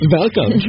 Welcome